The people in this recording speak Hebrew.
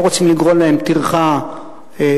לא רוצים לגרום להם טרחה מוגזמת.